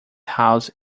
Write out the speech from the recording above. house